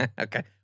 Okay